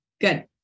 good